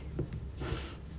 !huh! what GER core